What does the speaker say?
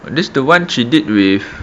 this the one she did with